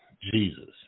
Jesus